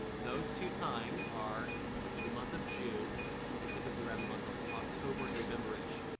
those two times are the month of june and typically around the month of october novemberish.